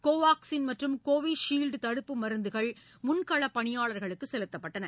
கோவாக்சின் மற்றும் கோவிஷீல்டு தடுப்பு மருந்துகள் முன்களப் பணியாளர்களுக்கு செலுத்தப்பட்டள